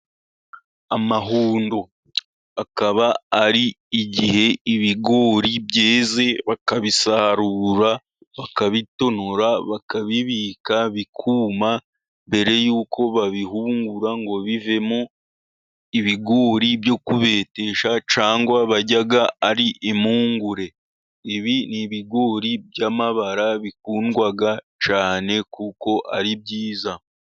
Are mahundo akaba ari igihe ibigori byeze bakabisarura bakabitonora, bakabibika bikuma, mbere y'uko babihungura ngo bivemo ibigori byo kubetesha, cyangwa barya ari impungure. Ibi ni ibigori by'amabara bikundwa cyane kuko ari byiza.